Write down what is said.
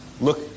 look